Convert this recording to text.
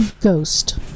Ghost